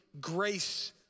grace